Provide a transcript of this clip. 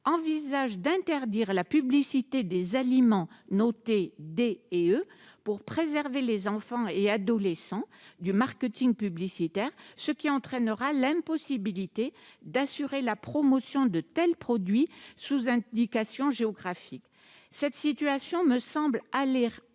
envisage d'interdire la publicité des aliments notés D et E pour préserver les enfants et adolescents du marketing publicitaire, ce qui entraînera l'impossibilité d'assurer la promotion de tels produits sous indication géographique. Cette situation me semble aller à l'encontre